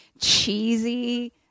cheesy